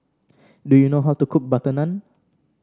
do you know how to cook butter naan